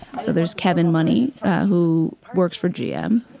so there's kevin money who works for gm,